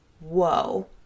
Whoa